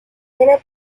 viene